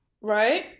Right